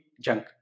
junk